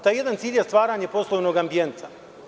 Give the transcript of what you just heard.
Taj jedan cilj je stvaranje poslovnog ambijenta.